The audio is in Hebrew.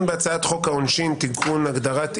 בהצעת חוק העונשין (תיקון הגדרת איום),